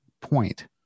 point